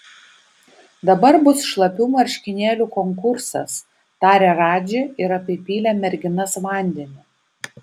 dabar bus šlapių marškinėlių konkursas tarė radži ir apipylė merginas vandeniu